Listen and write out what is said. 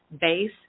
base